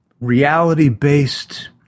reality-based